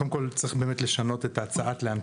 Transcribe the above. קודם כל צריך באמת לשנות ל-"הנפקה".